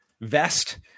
vest